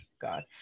God